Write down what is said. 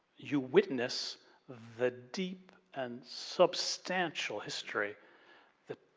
you witness the deep and substantial history that.